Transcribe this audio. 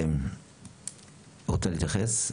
את רוצה להתייחס?